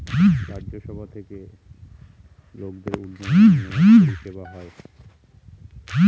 রাজ্য সভা থেকে লোকদের উন্নয়নের পরিষেবা হয়